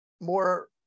more